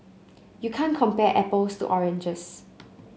you can't compare apples to oranges